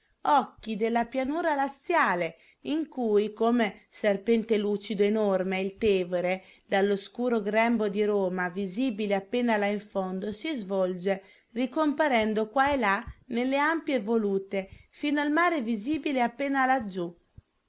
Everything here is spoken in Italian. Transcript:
occhi della pianura laziale in cui come serpente lucido enorme il tevere dall'oscuro grembo di roma visibile appena là in fondo si svolge ricomparendo qua e là nelle ampie volute fino al mare visibile appena laggiù